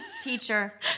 Teacher